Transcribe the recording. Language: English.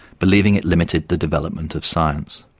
believing it limited the development of science.